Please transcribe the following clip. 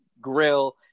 grill